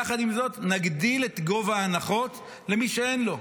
יחד עם זאת, נגדיל את גובה ההנחות למי שאין לו.